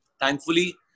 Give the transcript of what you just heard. Thankfully